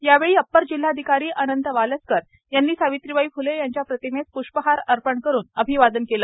यावेळी अपर जिल्हाधिकारी अनंत वालस्कर यांनी सावित्रीबाई फ्ले यांच्या प्रतिमेस प्ष्पहार अर्पण करून अभिवादन केले